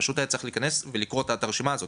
פשוט היה צריך להיכנס ולקרוא את הרשימה הזאת.